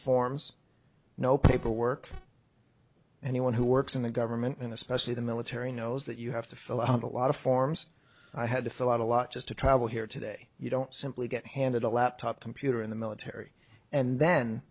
forms no paperwork anyone who works in the government and especially the military knows that you have to fill out a lot of forms i had to fill out a lot just to travel here today you don't simply get handed a laptop computer in the military and then